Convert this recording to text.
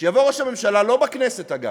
שיבוא ראש הממשלה, לא בכנסת, אגב,